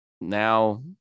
now